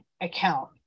account